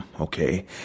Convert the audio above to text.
Okay